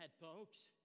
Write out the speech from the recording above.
folks